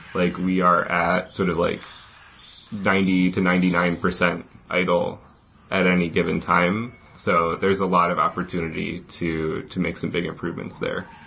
like we are at sort of like ninety percent to ninety nine percent idle at any given time. so there's a lot of opportunity to to make some big improvements there.